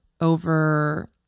over